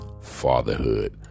fatherhood